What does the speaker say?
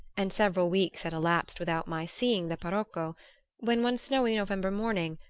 and several weeks had elapsed without my seeing the parocco when, one snowy november morning,